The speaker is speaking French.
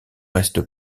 reste